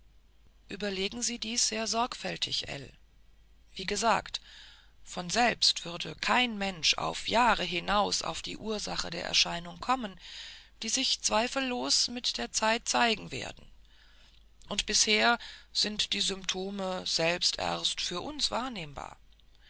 überlegen sie das sehr sorgfältig ell wie gesagt von selbst würde kein mensch auf jahre hinaus auf die ursachen der erscheinungen kommen die sich zweifellos mit der zeit zeigen werden und bisher sind die symptome selbst erst für uns wahrnehmbar